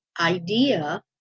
idea